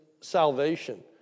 salvation